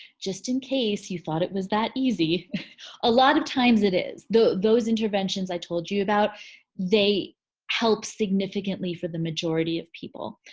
just in case you thought it was that easy a lot of times it is. though those interventions i told you about they help significantly for the majority of people.